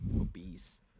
obese